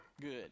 Good